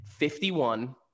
51